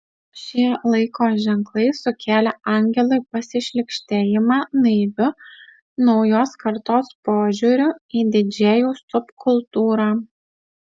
šie laiko ženklai sukėlė angelui pasišlykštėjimą naiviu naujos kartos požiūriu į didžėjų subkultūrą